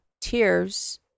tears